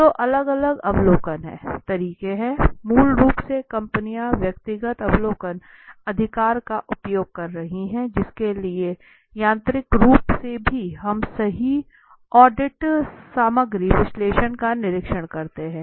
तो अलग अलग अवलोकन हैं तरीके है मूल रूप से कंपनियां व्यक्तिगत अवलोकन अधिकार का उपयोग कर रही हैं जिसके लिए यांत्रिक रूप से भी हम सही ऑडिट सामग्री विश्लेषण का निरीक्षण करते हैं